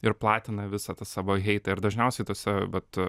ir platina visą tą savo heitą ir dažniausiai tose vat